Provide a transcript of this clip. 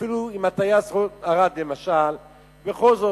אפילו לגבי הטייס רון ארד, למשל, בכל זאת,